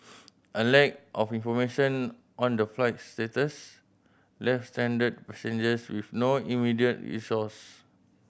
a lack of information on the flight's status left stranded passengers with no immediate recourse